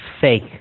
fake